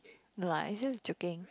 no lah I just joking